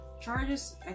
charges